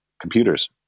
computers